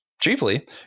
Chiefly